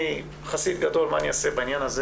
אני חסיד גדול בעניין הזה